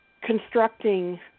constructing